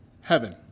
heaven